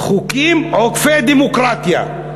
חוקים עוקפי דמוקרטיה.